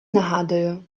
нагадую